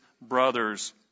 brothers